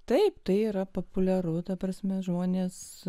taip tai yra populiaru ta prasme žmonės